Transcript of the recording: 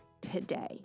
today